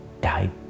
died